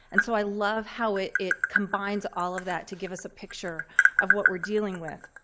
and so i love how it it combines all of that to give us a picture of what we're dealing with.